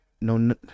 no